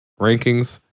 rankings